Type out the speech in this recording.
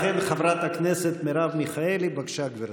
לכן, חברת הכנסת מרב מיכאלי, בבקשה, גברתי.